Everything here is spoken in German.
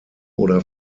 oder